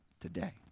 today